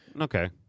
Okay